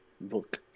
book